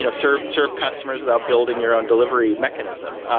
you know serve serve customers without building your own delivery mechanism.